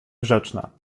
grzeczna